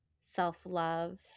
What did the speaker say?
self-love